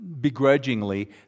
begrudgingly